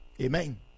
Amen